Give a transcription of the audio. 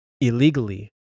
illegally